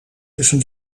tussen